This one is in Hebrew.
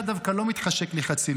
דווקא לא מתחשק לי חצילים,